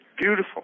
Beautiful